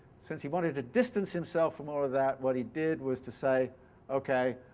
since he wanted to distance himself from all of that, what he did was to say okay,